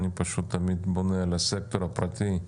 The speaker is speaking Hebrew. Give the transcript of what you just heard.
אני תמיד בונה על הסקטור הפרטי.